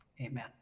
Amen